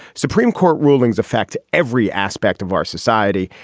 supreme court rulings affect every aspect of our society.